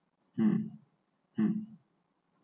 mm mm